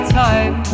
time